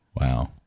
Wow